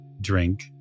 drink